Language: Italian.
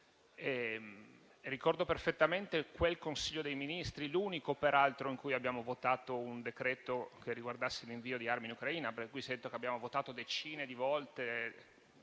Ricordo perfettamente quel Consiglio dei ministri, l'unico peraltro in cui abbiamo votato un decreto che riguardasse l'invio di armi in Ucraina, per cui sento che abbiamo votato decine di volte